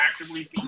actively